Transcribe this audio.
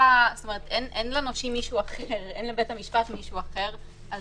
דווקא כאן אני לא רוצה שיפנה לבית המשפט כי